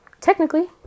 technically